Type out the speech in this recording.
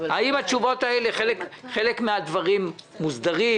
חלק מן הדברים מוסדרים,